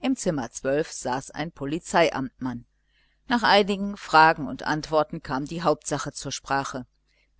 im zimmer saß ein polizeiamtmann nach einigen fragen und antworten kam die hauptsache zur sprache